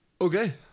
Okay